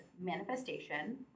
manifestation